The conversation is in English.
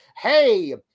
hey